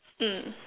mm